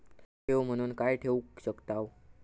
ठेव म्हणून काय ठेवू शकताव?